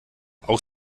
auch